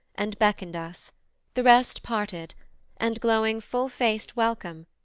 and beckoned us the rest parted and, glowing full-faced welcome,